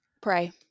Pray